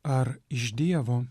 ar iš dievo